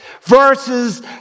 Verses